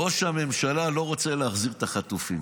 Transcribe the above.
ראש הממשלה לא רוצה להחזיר את החטופים.